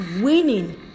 winning